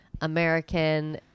American